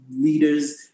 leaders